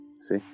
see